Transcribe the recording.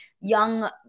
young